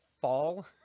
fall